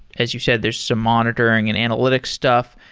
as you said, there's some monitoring and analytics stuff.